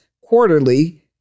quarterly